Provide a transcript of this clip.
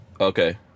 Okay